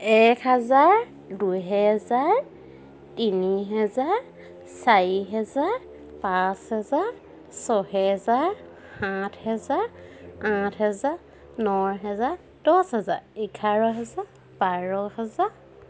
এক হাজাৰ দুহেজাৰ তিনিহেজাৰ চাৰিহেজাৰ পাঁচহেজাৰ ছহেজাৰ সাতহেজাৰ আঠহেজাৰ নহেজাৰ দহহেজাৰ এঘাৰহেজাৰ বাৰহেজাৰ